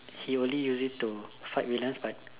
she only use it to fight villians but